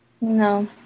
No